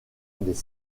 des